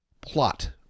plot